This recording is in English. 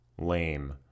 lame